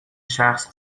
شخص